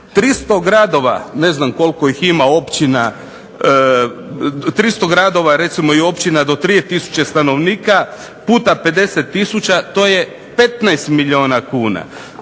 300 gradova, ne znam koliko ima općina, do 3000 stanovnika, puta 50 tisuća to je 15 milijuna kuna.